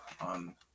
on